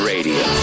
Radio